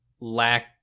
lack